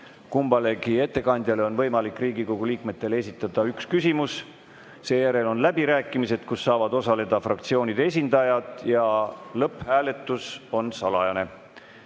Kummalegi ettekandjale on võimalik Riigikogu liikmetel esitada üks küsimus. Seejärel on läbirääkimised, kus saavad osaleda fraktsioonide esindajad. Lõpphääletus on salajane. Nii.